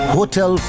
Hotel